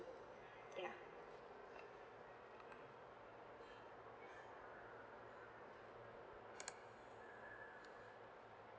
ya